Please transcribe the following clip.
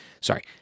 sorry